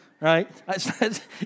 Right